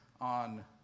on